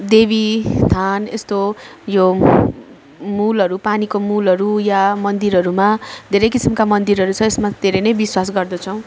देवी थान यस्तो यो मूलहरू पानीको मूलहरू वा मन्दिरहरूमा धेरै किसिमको मन्दिरहरू छ यसमा धेरै नै विश्वास गर्दछौँ